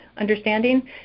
understanding